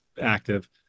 active